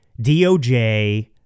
DOJ